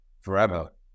forever